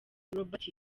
robert